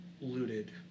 looted